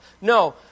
No